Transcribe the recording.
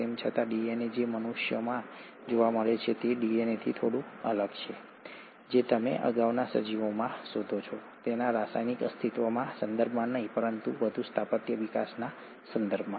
તેમ છતાં ડીએનએ જે મનુષ્યોમાં જોવા મળે છે તે ડીએનએથી થોડું અલગ છે જે તમે અગાઉના સજીવોમાં શોધો છો તેના રાસાયણિક અસ્તિત્વના સંદર્ભમાં નહીં પરંતુ વધુ સ્થાપત્ય વિકાસના સંદર્ભમાં